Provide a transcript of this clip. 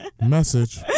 message